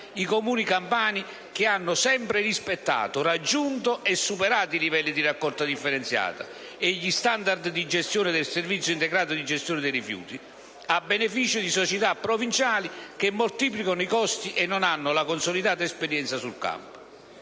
i Comuni campani che hanno sempre rispettato, raggiunto e superato i livelli di raccolta differenziata e gli *standard* di gestione del servizio integrato di gestione dei rifiuti, a beneficio di società provinciali che moltiplicano i costi e non hanno la consolidata esperienza sul campo.